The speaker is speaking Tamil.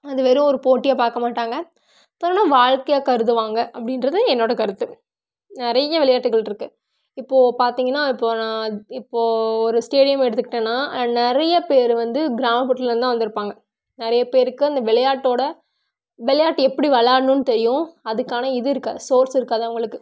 அது வெறும் ஒரு போட்டியாக பார்க்க மாட்டாங்க தன்னோடய வாழ்க்கையா கருதுவாங்க அப்படின்றது என்னோடய கருத்து நிறைய விளையாட்டுகள் இருக்குது இப்போ பார்த்தீங்கன்னா இப்போ நான் இப்போ ஒரு ஸ்டேடியம் எடுத்துக்கிட்டேன்னா நிறைய பேர் வந்து கிராமப்புறத்திலேருந்து தான் வந்துருப்பாங்க நிறைய பேருக்கு அந்த விளையாட்டோடய விளையாட்டு எப்படி விளாட்ணுன்னு தெரியும் அதுக்கான இது இருக்காது சோர்ஸ் இருக்காது அவங்களுக்கு